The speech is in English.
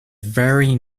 very